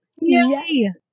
Yay